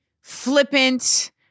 flippant